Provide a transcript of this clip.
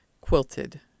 quilted